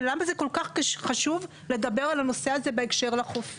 ולמה זה כל כך חשוב לדבר על הנושא הזה בהקשר לחופים?